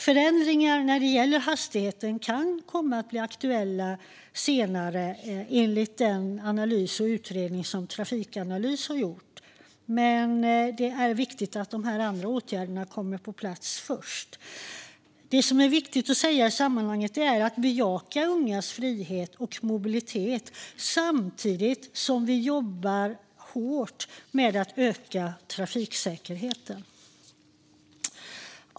Förändringar när det gäller hastigheten kan bli aktuella senare, enligt den utredning som Trafikanalys har gjort, men det är viktigt att de andra åtgärderna kommer på plats först. Det viktiga är att vi bejakar ungas behov av frihet och mobilitet samtidigt som vi jobbar hårt med att öka trafiksäkerheten.